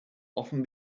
often